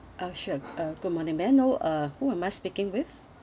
uh sure uh good morning may I know uh who am I speaking with